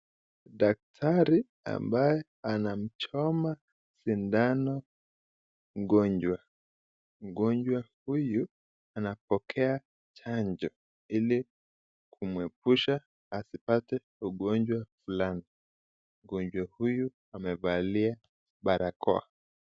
Daktari ambaye anamchoma sindano mgonjwa, mgonjwa huyu anapokea chanjo ili kumwepusha asipate ugonjwa fulani, mgonjwa huyu amevalia barakoa.